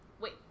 Wait